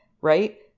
right